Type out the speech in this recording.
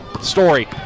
Story